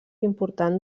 important